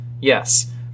yes